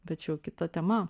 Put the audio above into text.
bet čia jau kita tema